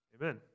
amen